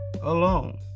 alone